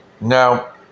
Now